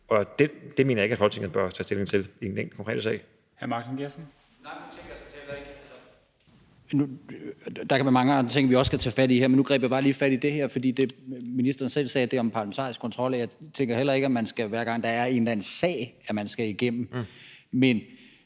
Martin Geertsen. Kl. 21:23 Martin Geertsen (V): Der kan være mange andre ting, som vi også skal tage fat i, men nu greb jeg bare lige fat i det her, fordi ministeren selv sagde det om parlamentarisk kontrol. Jeg tænker heller ikke, at man, hver gang der er en eller anden sag, skal gå den igennem. Men